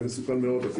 ואפילו מסוכן מאוד.